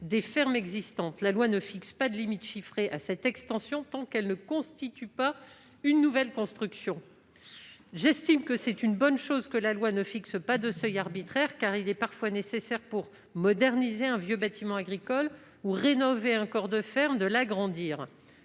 des fermes existantes. La loi ne fixe pas de limite chiffrée à cette extension tant que cette dernière ne constitue pas une nouvelle construction. C'est une bonne chose que la loi ne fixe pas de seuil arbitraire, car il est parfois nécessaire, pour moderniser un vieux bâtiment agricole ou rénover un corps de ferme, d'agrandir